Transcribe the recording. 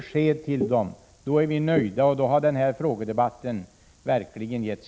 Då = Prot. 1986/87:118 blir vi nöjda, och då har den här frågedebatten verkligen haft effekt.